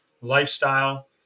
lifestyle